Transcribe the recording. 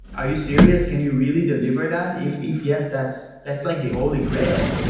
are you serious? can you really deliver that? if if yes, that's that's like the holy grail.